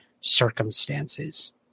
circumstances